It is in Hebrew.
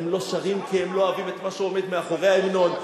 הם לא שרים כי הם לא אוהבים את מה שעומד מאחורי ההמנון.